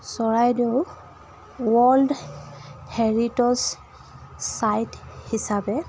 Charaideo world heritage site হিচাপে